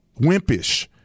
Wimpish